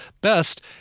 Best